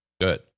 good